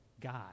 God